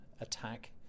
attack